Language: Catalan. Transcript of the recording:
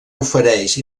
ofereix